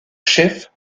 chef